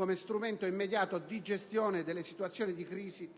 come strumento immediato di gestione delle situazioni di crisi